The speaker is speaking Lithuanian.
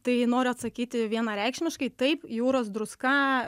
tai noriu atsakyti vienareikšmiškai taip jūros druska